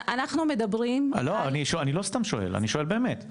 אני לא סתם שואל, אני שואל באמת.